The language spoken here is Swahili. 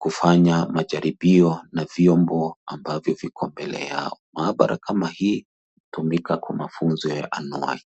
kufanya majaribio na vyombo ambavyo viko mbele yao. Maabara kama hii hutumika kwa mafunzo ya anuai.